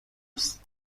است